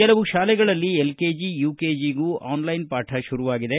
ಕೆಲವು ಶಾಲೆಗಳಲ್ಲಿ ಎಲ್ಕೆಜಿ ಯುಕೆಜಿಗೂಆನ್ಲೈನ್ ಪಾಠ ಶುರುವಾಗಿದೆ